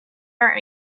are